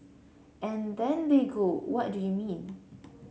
and then they go what do you mean